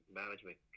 management